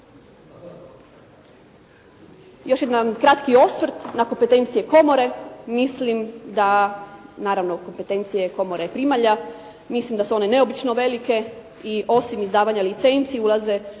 Još jedan kratki osvrt na kompetencije komore. Mislim da, naravno kompetencije Komore primalja, mislim da su one neobično velike i osim izdavanja licenci ulaze i